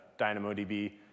DynamoDB